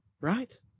right